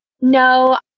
No